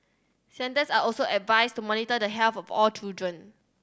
centres are also advised to monitor the health of all children